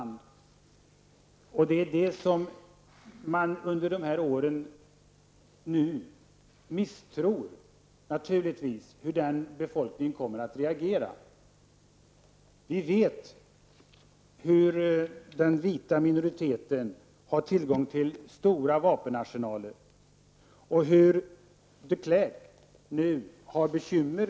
Nu är man osäker om hur den vita befolkningen kommer att reagera. Den vita minoriteten har tillgång till stora vapenarsenaler och den har givit de Klerk bekymmer.